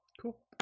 Cool